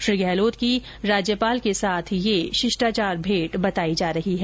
श्री गहलोत की राज्यपाल की यह शिष्टाचार भेंट बताई जा रही है